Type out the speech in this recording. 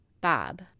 Bob